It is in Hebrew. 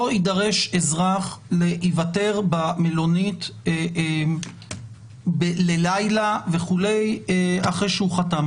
לא יידרש אזרח להיוותר במלונית ללילה אחרי שהוא חתם